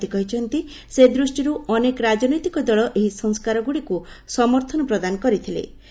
ରାଷ୍ଟ୍ରପତି କହିଛନ୍ତି ସେ ଦୃଷ୍ଟିରୁ ଅନେକ ରାଜନୈତିକ ଦଳ ଏହି ସଂସ୍କାରଗୁଡ଼ିକୁ ସମର୍ଥନ ପ୍ରଦାନ କରିଥିଲେ